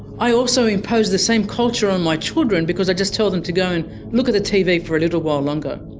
i also impose the same culture on my children because i just tell them to go and look at the tv for a little while longer,